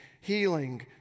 healing